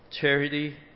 charity